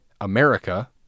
America